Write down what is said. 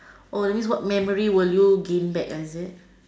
oh that means what memory will you gain back uh is it